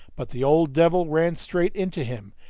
but the old devil ran straight into him,